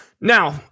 Now